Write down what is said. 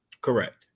Correct